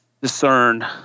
discern